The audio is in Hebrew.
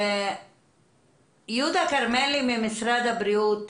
יהודה כרמלי ממשרד הבריאות,